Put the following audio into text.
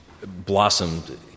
blossomed